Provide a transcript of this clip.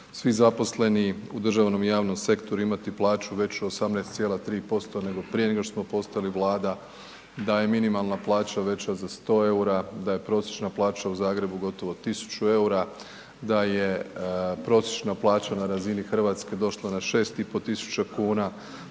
svi zaposleni u držanom i javnom sektoru imati plaću 18,3% nego prije nego što smo postali Vlada, da je minimalna plaća veća za 100,00 EUR-a, da je prosječna plaća u Zagrebu gotovo 1,000,00 EUR-a, da je prosječna plaća na razini RH došla na 6.500,00 kn,